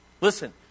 Listen